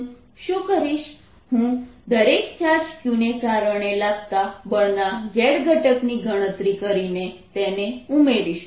હું શું કરીશ હું દરેક ચાર્જ Q ને કારણે લાગતા બળના z ઘટકની ગણતરી કરીને તેને ઉમેરીશ